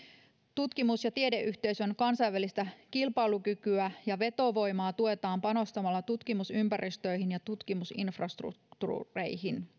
tutkimus ja tiedeyhteisön kansainvälistä kilpailukykyä ja vetovoimaa tuetaan panostamalla tutkimusympäristöihin ja tutkimusinfrastruktuureihin